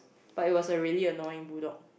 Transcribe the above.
but it was really a annoying bull dog